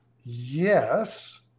yes